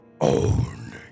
own